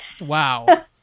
wow